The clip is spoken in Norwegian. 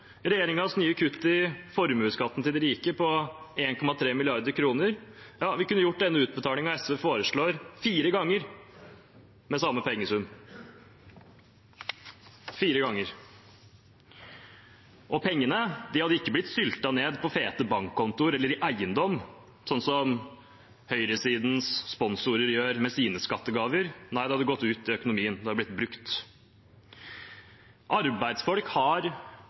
nye kutt i formuesskatten til de rike på 1,3 mrd. kr. Vi kunne gjort den utbetalingen SV foreslår, fire ganger med samme pengesum – fire ganger. Pengene hadde ikke blitt syltet ned på fete bankkontoer eller i eiendom, sånn som høyresidens sponsorer gjør med sine skattegaver. Nei, det hadde gått ut i økonomien. Det hadde blitt brukt. Arbeidsfolk har